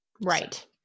Right